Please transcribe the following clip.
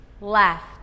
Left